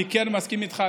אני כן מסכים איתך,